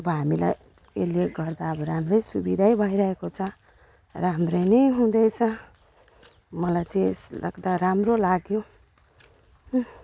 अब हामीलाई यसले गर्दा अब राम्रै सुविधा भइरहेको छ राम्रै नै हुँदैछ मलाई चाहिँ यस लाग्दा राम्रो लाग्यो